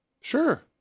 Sure